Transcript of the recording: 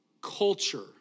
culture